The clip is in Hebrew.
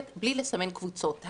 בלי כל היום לסמן קבוצות ולנסות לסכסך.